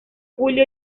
julio